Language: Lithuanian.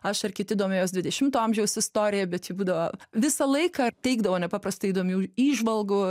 aš ir kiti domėjosi dvidešimto amžiaus istorija bet ji būdavo visą laiką teikdavo nepaprastai įdomių įžvalgų